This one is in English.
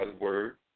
word